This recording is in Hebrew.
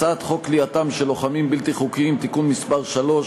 הצעת חוק כליאתם של לוחמים בלתי חוקיים (תיקון מס' 3),